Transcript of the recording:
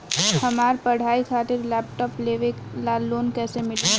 हमार पढ़ाई खातिर लैपटाप लेवे ला लोन कैसे मिली?